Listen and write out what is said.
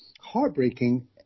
heartbreaking